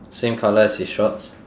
same colour as his shorts